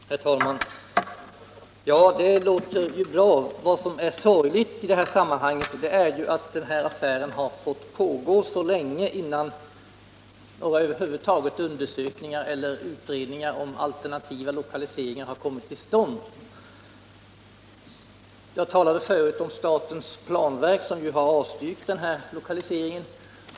Herr talman! Det låter ju bra, men vad som är sorgligt i det här sammanhanget är att affären fått pågå så länge innan över huvud taget några undersökningar eller utredningar om alternativa lokaliseringar kommit till stånd. Jag talade förut om statens planverk, som avstyrkt den här lokaliseringen.